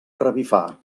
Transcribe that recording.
revifar